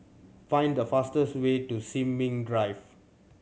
find the fastest way to Sin Ming Drive